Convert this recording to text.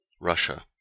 russia